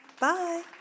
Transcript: Bye